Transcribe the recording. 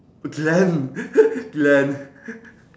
glen glen